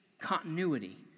continuity